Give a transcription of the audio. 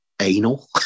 anal